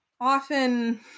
often